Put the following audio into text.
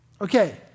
Okay